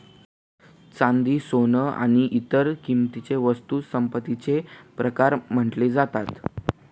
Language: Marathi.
चांदी, सोन आणि इतर किंमती वस्तूंना संपत्तीचे प्रकार म्हटले जातात